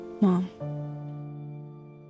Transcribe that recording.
Mom